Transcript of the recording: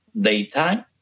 daytime